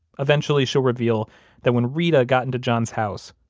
eventually she'll reveal that when reta got into john's house,